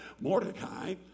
Mordecai